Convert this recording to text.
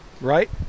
right